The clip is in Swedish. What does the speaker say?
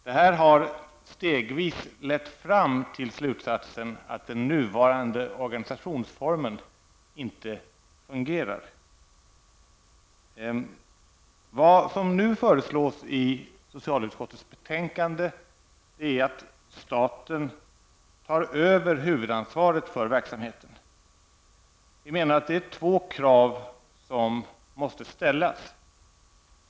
Det här har stegvis lett oss fram till slutsatsen att den nuvarande organisationsformen inte fungerar. Vad som nu föreslås i socialutskottets betänkande är att staten tar över huvudansvaret för verksamheten. Vi menar att två krav måste ställas.